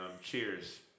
cheers